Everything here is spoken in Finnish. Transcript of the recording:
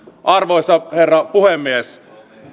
arvoisa herra puhemies